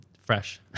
fresh